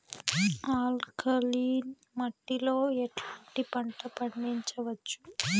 Alkaline మట్టి లో ఎట్లాంటి పంట పండించవచ్చు,?